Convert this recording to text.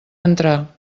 entrar